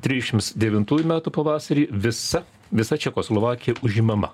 trisdešimt devintųjų metų pavasarį visa visa čekoslovakija užimama